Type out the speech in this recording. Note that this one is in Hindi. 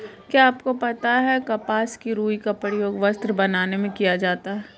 क्या आपको पता है कपास की रूई का प्रयोग वस्त्र बनाने में किया जाता है?